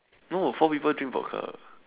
no four people drink vodka